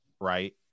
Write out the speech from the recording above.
Right